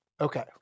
Okay